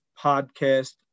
podcast